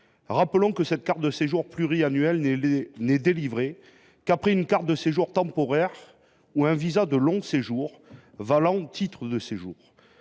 Rappelons que cette carte de séjour pluriannuelle n’est délivrée qu’après une carte de séjour temporaire ou un visa de long séjour valant titre de séjour.